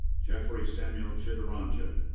jeffrey samuel chittaranjan.